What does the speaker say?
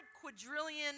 quadrillion